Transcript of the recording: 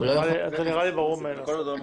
זה נראה לי ברור מאליו.